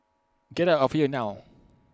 get out of here now